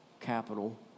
capital